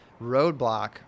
roadblock